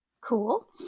Cool